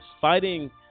fighting